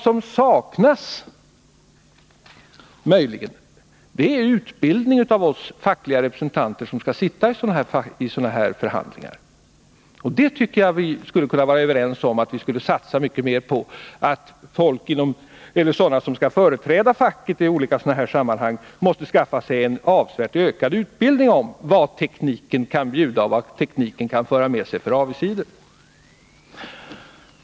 Vad som möjligen saknas är utbildning av fackliga representanter. På den punkten tror jag att vi kan vara överens, nämligen att det bör satsas mer på att folk som skall företräda facket i olika sammanhang måste skaffa sig en avsevärt bättre utbildning om vad tekniken kan bjuda och vilka avigsidor den innehåller.